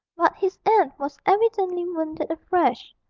but his aunt was evidently wounded afresh.